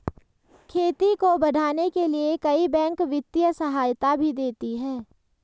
खेती को बढ़ाने के लिए कई बैंक वित्तीय सहायता भी देती है